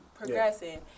Progressing